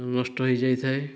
ନଷ୍ଟ ହୋଇଯାଇଥାଏ